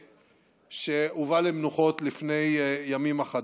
שהובא למנוחות לפני ימים אחדים.